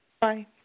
Bye